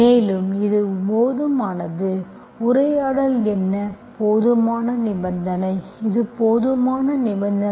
மேலும் இது போதுமானது உரையாடல் என்ன போதுமான நிபந்தனை இது போதுமான நிபந்தனை